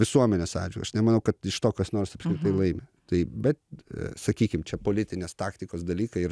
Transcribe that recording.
visuomenės atžvilgiu aš nemanau kad iš to kas nors apskritai laimi tai bet sakykim čia politinės taktikos dalykai ir